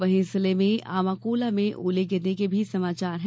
वहीं जिले में आमाकोला में ओले गिरने के भी समाचार है